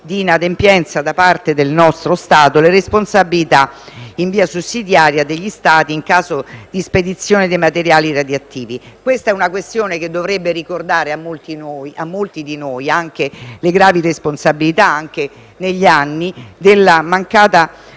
di inadempienza da parte del nostro Stato - le responsabilità in via sussidiaria degli Stati in caso di spedizione di materiali radioattivi. Si tratta di una questione che dovrebbe ricordare a molti di noi anche le gravi colpe, negli anni, dovute alla mancata